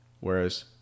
Whereas